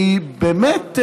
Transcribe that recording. היא באמת,